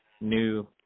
new